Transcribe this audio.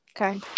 Okay